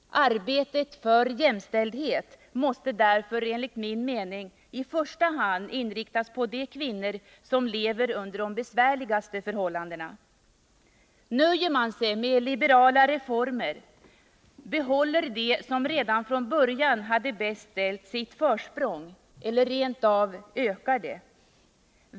Arbetet för jämställdhet måste därför enligt min mening i första hand inriktas på de kvinnor som lever under de besvärligaste förhållandena. Nöjer man sig med liberala reformer, behåller de som redan från början hade det bäst ställt sitt försprång eller rent av ökar det.